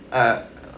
哦